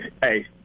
hey